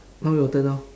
now your turn lor